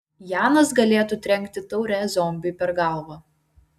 janas galėtų trenkti taure zombiui per galvą